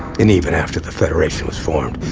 and even after the federation was formed,